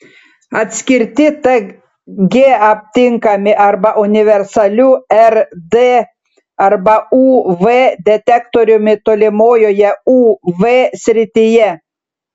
atskirti tg aptinkami arba universaliu rd arba uv detektoriumi tolimojoje uv srityje